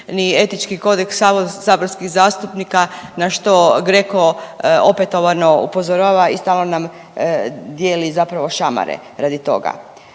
etički kodeks saborskih zastupnika na što GRCO opetovano upozorava i stalno nam dijeli zapravo šamare radi toga.